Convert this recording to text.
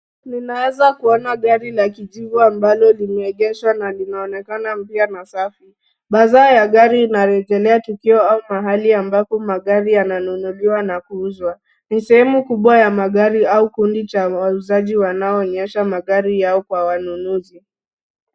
Ninaweza kuona gari la kijivu ambalo limeegeshwa na linaonekana mpya na safi bazaa ya gari inarejelea tukio ama mahali ambapo magari yananunuliwa na kuuzwa. Ni sehemu kubwa ya magari ama kundi cha wauzaji wanaoonyesha magari yao kwa wanunuzi.